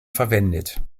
verwendet